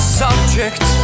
subject